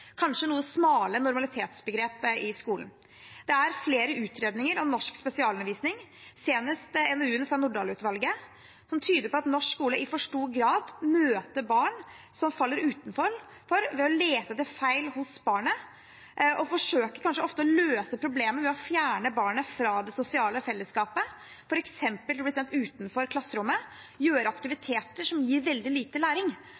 kanskje noe smale normalitetsbegrep i skolen. Det er flere utredninger om norsk spesialundervisning, senest NOU-en fra Nordahl-utvalget, som tyder på at norsk skole i for stor grad møter barn som faller utenfor, ved å lete etter feil hos barnet, og kanskje at man ofte forsøker å løse problemet ved å fjerne barnet fra det sosiale fellesskapet, f.eks. ved å bli sendt utenfor klasserommet, gjøre aktiviteter som gir veldig lite læring,